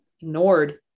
ignored